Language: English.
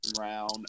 round